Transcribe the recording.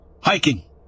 hiking